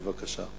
בבקשה.